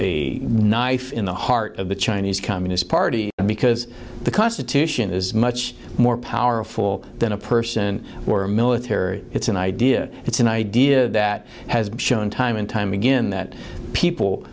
a knife in the heart of the chinese communist party because the constitution is much more powerful than a person or a military it's an idea it's an idea that has been shown time and time again that people